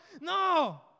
No